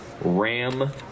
Ram